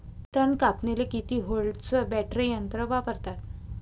तन कापनीले किती व्होल्टचं बॅटरी यंत्र वापरतात?